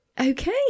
okay